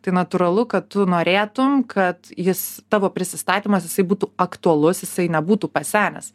tai natūralu kad tu norėtum kad jis tavo prisistatymas jisai būtų aktualus jisai nebūtų pasenęs